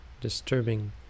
disturbing